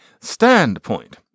Standpoint